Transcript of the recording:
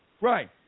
Right